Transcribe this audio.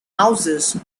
houses